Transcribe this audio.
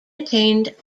attained